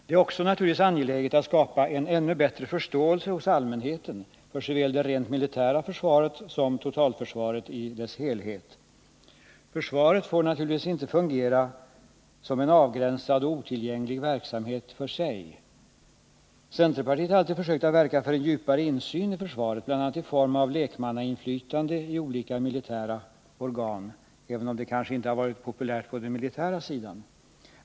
Det är naturligtvis också angeläget att skapa en ännu bättre förståelse hos allmänheten för såväl det rent militära försvaret som totalförsvaret i dess helhet. Försvaret får inte fungera som en avgränsad och otillgänglig verksamhet för sig. Centerpartiet har alltid försökt verka för en djupare insyn i försvaret, bl.a. i form av lekmannainflytande i olika militära organ, även om det kanske inte har varit populärt på den militära sidan.